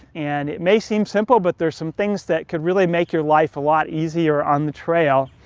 and it may seem simple, but there's some things that could really make your life a lot easier on the trail